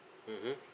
mmhmm